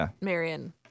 Marion